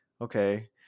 okay